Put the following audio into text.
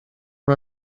una